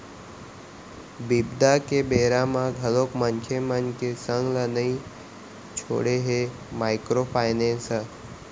बिपदा के बेरा म घलोक मनखे मन के संग ल नइ छोड़े हे माइक्रो फायनेंस ह